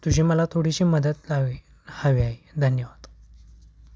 तुझी मला थोडीशी मदत लावी हवी आहे धन्यवाद